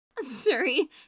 Sorry